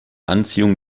anziehung